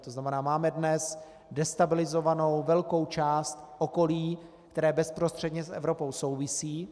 To znamená, máme dnes destabilizovanou velkou část okolí, které bezprostředně s Evropou souvisí.